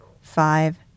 five